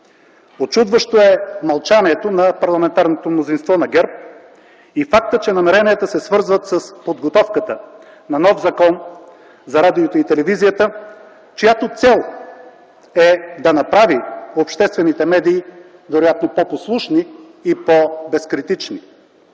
Учудващо е мълчанието на парламентарното мнозинство на ГЕРБ и фактът, че намеренията се свързват с подготовката на нов Закон за радиото и телевизията, чиято цел е да направи обществените медии вероятно по-послушни и по-безкритични.